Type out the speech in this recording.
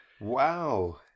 Wow